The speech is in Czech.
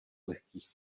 lehkých